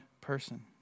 person